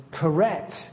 correct